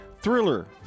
Thriller